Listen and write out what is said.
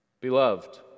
Beloved